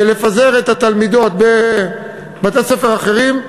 לפזר את התלמידות בבתי-ספר אחרים.